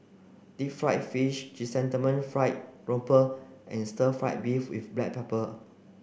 deep fried fish Chrysanthemum fried grouper and stir fry beef with black pepper